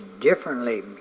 differently